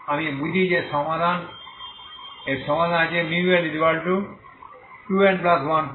আমি বুঝি যে এর সমাধান আছে μL2n1π2